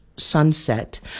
Sunset